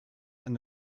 and